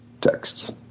texts